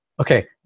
Okay